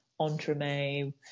entremet